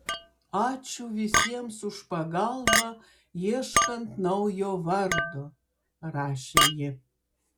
ačiū visiems už pagalbą ieškant naujo vardo rašė ji